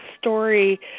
story